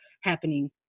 happening